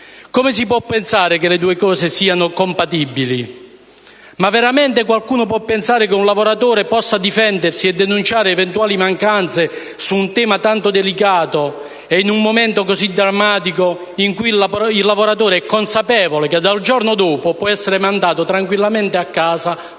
Come si può pensare che le due cose siano compatibili? Ma veramente qualcuno può pensare che un lavoratore possa difendersi e denunciare eventuali mancanze su un tema tanto delicato, in un momento così drammatico in cui il lavoratore è consapevole che dal giorno dopo può essere mandato tranquillamente a casa